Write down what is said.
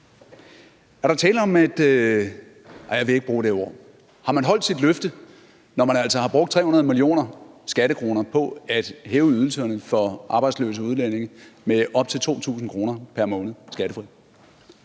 Har man holdt sit løfte, når man altså har brugt 300 millioner skattekroner på at hæve ydelserne for arbejdsløse udlændinge med op til 2.000 kr. pr. måned skattefrit?